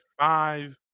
five